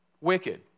wicked